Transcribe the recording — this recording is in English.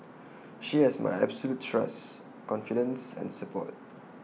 she has my absolute trust confidence and support